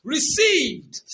Received